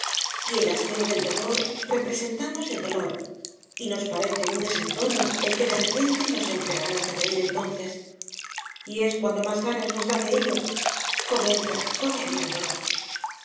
en la escena del dolor representamos el dolor y nos parece un desentono el que de repente nos entre ganas de reír entonces y es cuando más ganas nos da de ello comedia comedia el dolor